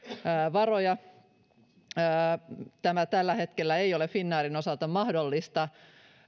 varoja tällä hetkellä tämä ei ole finnairin osalta mahdollista